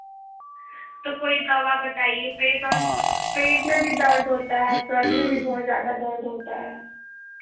तो कोई दवा बताइए पेट और पेट में भी दर्द होता है सर में भी बहुत ज़्यादा दर्द होता है